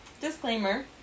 disclaimer